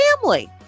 family